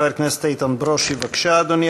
חבר הכנסת איתן ברושי, בבקשה, אדוני.